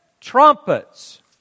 trumpets